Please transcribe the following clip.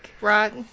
right